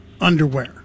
underwear